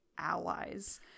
allies